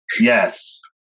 Yes